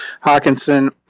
Hawkinson